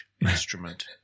instrument